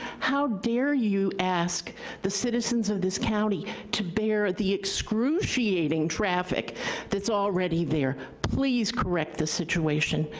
how dare you ask the citizens of this county to bear the excruciating traffic that's already there? please correct the situation.